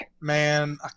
Man